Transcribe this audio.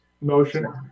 Motion